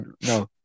no